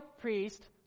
priest